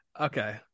Okay